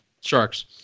sharks